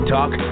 Talk